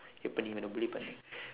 இப்ப இவனே:ippa ivanee bully பண்ணு:pannu